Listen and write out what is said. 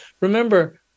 remember